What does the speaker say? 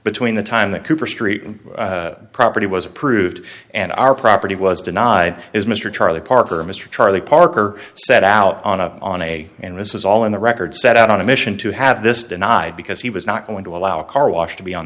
between the time that cooper street property was approved and our property was denied is mr charlie parker mr charlie parker set out on a on a and this is all in the record set out on a mission to have this denied because he was not going to allow a car wash to be on